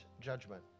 judgment